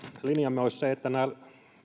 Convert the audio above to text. linjamme olisi se että nämä